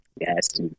Yes